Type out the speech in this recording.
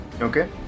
Okay